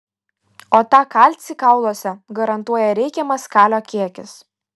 o tą kalcį kauluose garantuoja reikiamas kalio kiekis